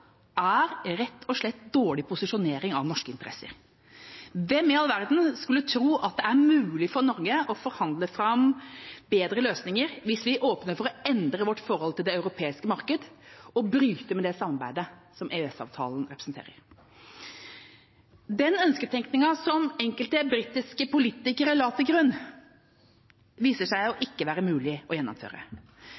er rett og slett dårlig posisjonering av norske interesser. Hvem i all verden tror at det er mulig for Norge å forhandle fram bedre løsninger hvis vi åpner for å endre vårt forhold til det europeiske marked og bryte med det samarbeidet som EØS-avtalen representerer? Den ønsketenkningen som enkelte britiske politikere la til grunn, viser seg ikke å